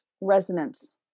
resonance